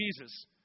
Jesus